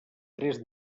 tres